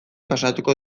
pasatuko